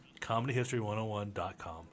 ComedyHistory101.com